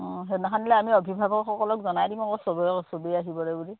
অঁ সেইদিনাখনলৈ আমি অভিভাৱকসকলক জনাই দিম আকৌ চবে চবেই আহিব লাগিব বুলি